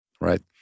right